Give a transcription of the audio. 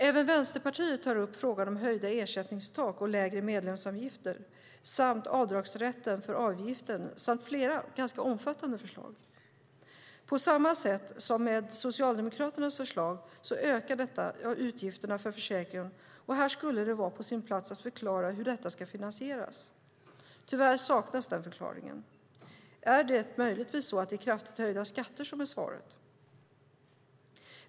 Även Vänsterpartiet tar upp frågan om höjda ersättningstak och lägre medlemsavgifter, avdragsrätten för avgiften samt flera ganska omfattande förslag. På samma sätt som med Socialdemokraternas förslag ökar detta utgifterna för försäkringen, och här skulle det vara på sin plats att förklara hur detta ska finansieras. Tyvärr saknas den förklaringen. Är det möjligtvis så att det är kraftigt höjda skatter som är svaret?